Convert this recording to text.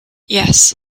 yes